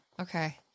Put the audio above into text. Okay